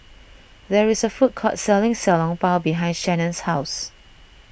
there is a food court selling Xiao Long Bao behind Shannen's house